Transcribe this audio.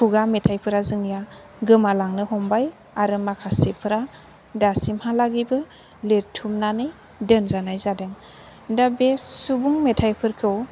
खुगा मेथाइफोरा जोंना गोमालांनो हमबाय आरो माखासेफोरा दासिम हालागिबो लिरथुमनानै दोनजानाय जादों दा बे सुबुं मेथाइफोरखौ